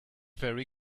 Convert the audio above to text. very